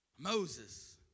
Moses